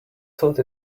thought